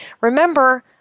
Remember